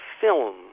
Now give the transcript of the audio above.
film